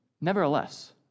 Nevertheless